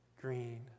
green